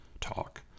talk